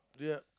yup